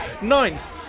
ninth